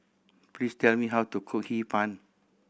please tell me how to cook Hee Pan